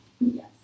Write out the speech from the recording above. Yes